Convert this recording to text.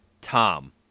Tom